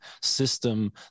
system